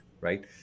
right